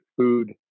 food